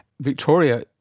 Victoria